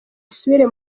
isubire